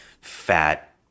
fat